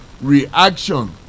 reaction